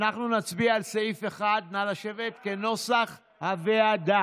אנחנו נצביע על סעיף 1, נא לשבת, כנוסח הוועדה.